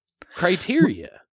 criteria